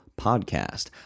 Podcast